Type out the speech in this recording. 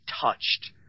touched